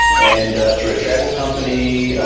and through a travel company,